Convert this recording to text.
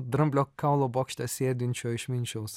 dramblio kaulo bokšte sėdinčio išminčiaus